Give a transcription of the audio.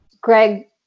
Greg